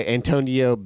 Antonio